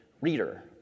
reader